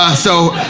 um so,